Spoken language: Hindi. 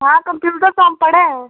हाँ कंप्यूटर तो हम पढ़े हैं